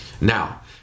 Now